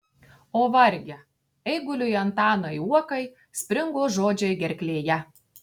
o varge eiguliui antanui uokai springo žodžiai gerklėje